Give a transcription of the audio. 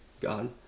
God